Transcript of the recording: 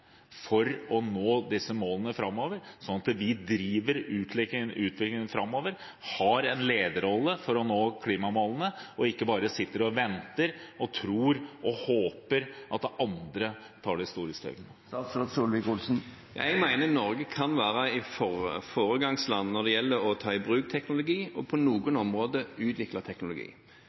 for å nå disse målene framover, slik at vi driver utviklingen framover, har en lederrolle for å nå klimamålene, og ikke bare sitter og venter, tror og håper at andre tar det store steget? Jeg mener Norge kan være et foregangsland når det gjelder å ta i bruk teknologi og på noen områder utvikle teknologi.